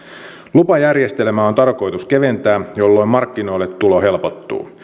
lupajärjestelmää on tarkoitus keventää jolloin markkinoille tulo helpottuu